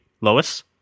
Lois